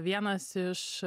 vienas iš